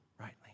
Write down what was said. rightly